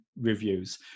reviews